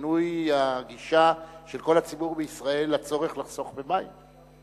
ולשינוי הגישה של כל הציבור בישראל לצורך לחסוך במים.